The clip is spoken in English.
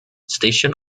station